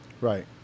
Right